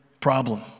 problem